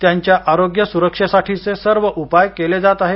त्यांच्या आरोग्य सुरक्षेसाठीचे सर्व उपाय केले जात आहेत